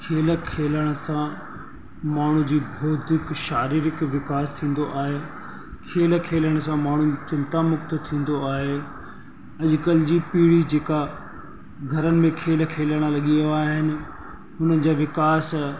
खेल खेलण सां माण्हुनि जी बोद्धिक शारीरिक विकास थींदो आहे खेल खेलण सां माण्हुनि चिंता मुक्त थींदो आहे अॼुकल्ह जी पीढ़ी जेका घर में खेल खेलण लॻियूं आहिनि हुनजा विकास